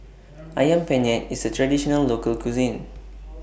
Ayam Penyet IS A Traditional Local Cuisine